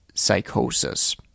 Psychosis